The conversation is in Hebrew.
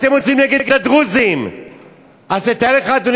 אתם יוצאים נגד הדרוזים.